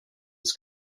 his